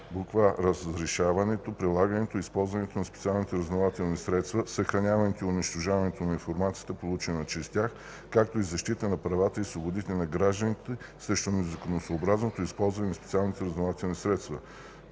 за: а) разрешаването, прилагането и използването на специалните разузнавателни средства, съхраняването и унищожаването на информацията, получена чрез тях, както и защита на правата и свободите на гражданите срещу незаконосъобразното използване на специалните разузнавателни средства;